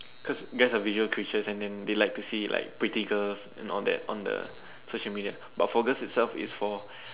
cause guys are visual creatures and then they like to see like pretty girls and all that on the social media but for girls itself its for